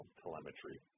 telemetry